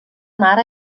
mare